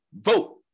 vote